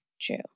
True